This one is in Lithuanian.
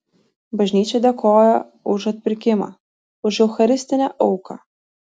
bažnyčia dėkoja už atpirkimą už eucharistinę auką